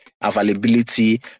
availability